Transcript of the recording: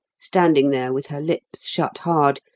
standing there with her lips shut hard,